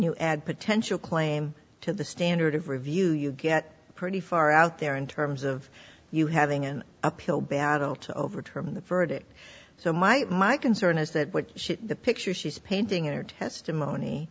you add potential claim to the standard of review you get pretty far out there in terms of you having an uphill battle to overturn the verdict so might my concern is that what the picture she's painting in her testimony